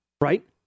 right